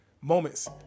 Moments